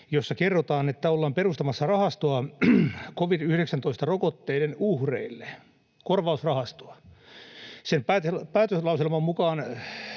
jossa kerrotaan, että ollaan perustamassa rahastoa covid-19-rokotteiden uhreille, korvausrahastoa. Sen päätöslauselman mukaan